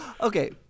okay